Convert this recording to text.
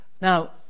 Now